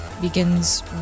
begins